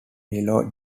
yellow